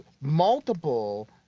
multiple